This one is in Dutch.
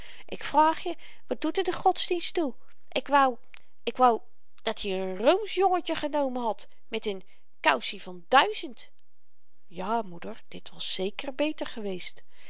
ik vraag je wat doet er de godsdienst toe ik wou ik wou dat-i n roomsch jongetje genomen had met n koussie van duizend ja moeder dit was zeker beter geweest